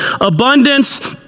abundance